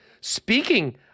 Speaking